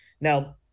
Now